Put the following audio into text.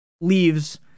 leaves